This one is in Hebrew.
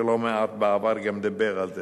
שלא מעט בעבר גם דיבר על זה.